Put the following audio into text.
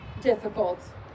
difficult